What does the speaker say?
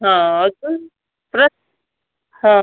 हां हां